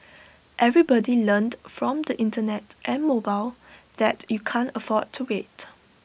everybody learned from the Internet and mobile that you can't afford to wait